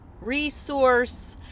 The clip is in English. resource